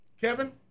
Kevin